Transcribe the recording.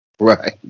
Right